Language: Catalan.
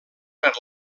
per